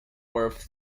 wharf